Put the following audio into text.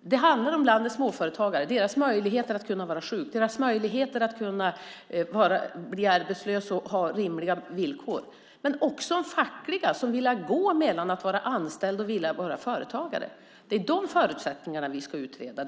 Det handlar om landets småföretagare och deras möjligheter att vara sjuka, möjlighet att ha rimliga villkor om man blir arbetslös. Men det gäller också det fackliga om man vill gå mellan att vara anställd och vara företagare. Det är de förutsättningarna vi ska utreda.